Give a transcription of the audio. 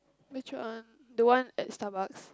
which one the one at Starbucks